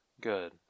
Good